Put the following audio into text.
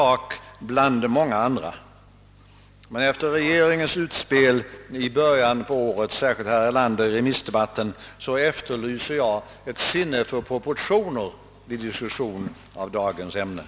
Men när saken redan har lagts till rätta, vad är det då för mening med att herr Wickman kör med argumentet att mittenpartierna vill ha en sådan bank på 12 månader?